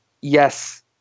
yes